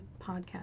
podcast